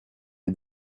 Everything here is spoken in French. des